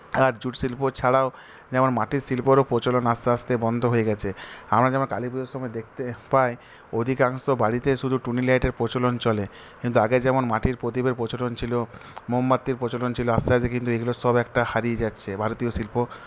আর jute শিল্প ছাড়াও যেমন মাটির শিল্পরও প্রচলন আস্তে আস্তে বন্ধ হয়ে গেছে আমরা যেমন কালীপুজোর সময়ে দেখতে পাই অধিকাংশ বাড়িতে শুধু টুনি লাইটের প্রচলন চলে কিন্তু আগে যেমন মাটির প্রদীপের প্রচলন ছিল মোমবাতির প্রচলন ছিল আস্তে আস্তে কিন্তু এগুলো সব একটা হারিয়ে যাচ্ছে ভারতীয় শিল্প